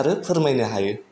आरो फोरमायनो हायो